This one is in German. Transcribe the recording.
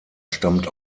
stammt